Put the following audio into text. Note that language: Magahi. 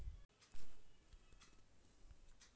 पैसा कैसै दोसर शहर हमरा बाबू भेजे के है?